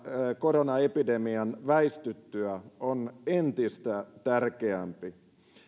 koronaepidemian väistyttyä entistä tärkeämpi